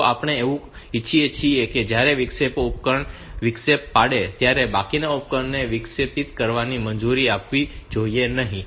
તો આપણે એવું ઇચ્છી શકીએ છીએ કે જ્યારે વિક્ષેપિત ઉપકરણ વિક્ષેપ પાડે ત્યારે બાકીના કોઈપણને વિક્ષેપિત કરવાની મંજૂરી આપવી જોઈએ નહીં